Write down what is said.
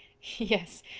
yes,